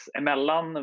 emellan